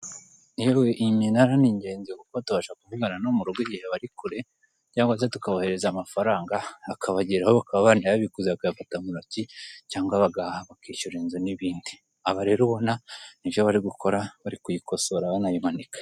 Yewe, iyi minara ni ingenzi kuko tubasha kuvugana no mu rugo igihe bari kure cyangwa se tukaboherereza amafaranga akabageraho bakaba banayabikuza bakafata mu ntoki cyangwa bagahaha bakishyura inzu n'ibindi, aba rero ubona nibyo barigukora barikuyikosora banayimanika.